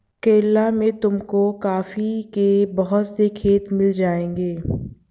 केरला में तुमको कॉफी के बहुत से खेत मिल जाएंगे